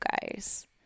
guys